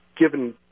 given